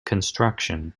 construction